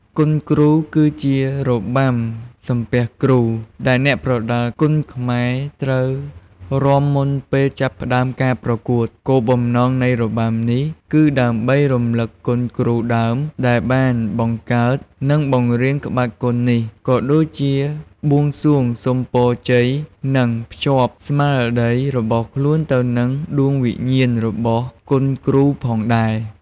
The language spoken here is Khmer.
គុនគ្រូ គឺជា របាំសំពះគ្រូ ដែលអ្នកប្រដាល់គុនខ្មែរត្រូវរាំមុនពេលចាប់ផ្តើមការប្រកួត គោលបំណងនៃរបាំនេះ គឺដើម្បី រំលឹកគុណគ្រូដើម ដែលបានបង្កើត និងបង្រៀនក្បាច់គុននេះ ក៏ដូចជា បួងសួងសុំពរជ័យ និងភ្ជាប់ស្មារតី របស់ខ្លួនទៅនឹងដួងវិញ្ញាណរបស់គុនគ្រូផងដែរ។